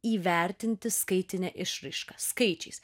įvertinti skaitine išraiška skaičiais